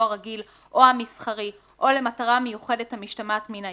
הרגיל או המסחרי או למטרה מיוחדת המשתמעת מן ההסכם,